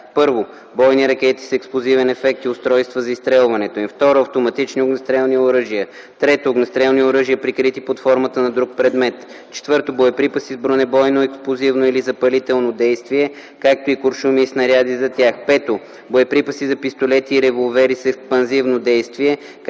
А: 1. бойни ракети с експлозивен ефект и устройства за изстрелването им; 2. автоматични огнестрелни оръжия; 3. огнестрелни оръжия, прикрити под формата на друг предмет; 4. боеприпаси с бронебойно, експлозивно или запалително действие, както и куршуми и снаряди за тях; 5. боеприпаси за пистолети и револвери с експанзивно действие,